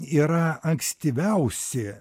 yra ankstyviausi